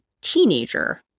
teenager